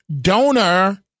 donor